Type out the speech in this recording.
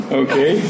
okay